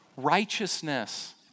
righteousness